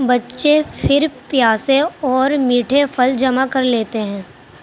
بچے پھر پیاسے اور میٹھے پھل جمع کر لیتے ہیں